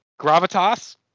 gravitas